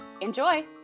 Enjoy